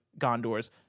gondors